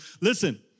listen